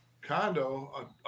condo